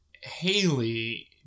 Haley